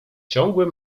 ciągłym